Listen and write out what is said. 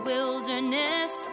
Wilderness